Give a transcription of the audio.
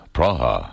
Praha